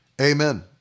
Amen